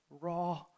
raw